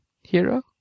hero